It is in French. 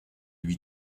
lui